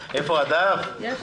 בדיוק.